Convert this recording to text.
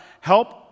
Help